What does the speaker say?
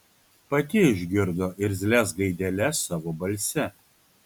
pati išgirdo irzlias gaideles savo balse